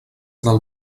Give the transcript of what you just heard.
del